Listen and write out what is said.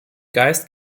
geist